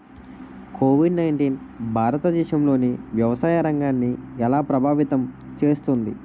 Covid nineteen భారతదేశంలోని వ్యవసాయ రంగాన్ని ఎలా ప్రభావితం చేస్తుంది?